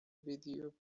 video